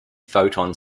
photon